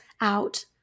out